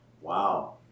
Wow